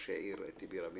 על מה שהעיר טיבי רבינוביץ,